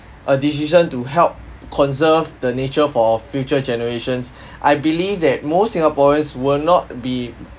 a decision to help conserve the nature for future generations I believe that most singaporeans will not be